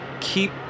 Keep